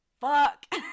Fuck